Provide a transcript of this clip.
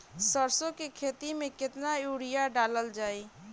सरसों के खेती में केतना यूरिया डालल जाई?